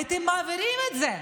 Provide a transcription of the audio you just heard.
הייתם מעבירים את זה.